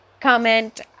comment